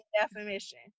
definition